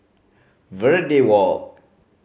Verde Walk